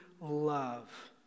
love